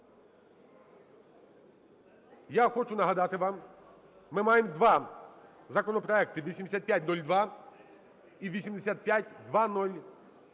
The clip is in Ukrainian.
Я хочу нагадати вам, ми маємо два законопроекти: 8502 і 8502-1.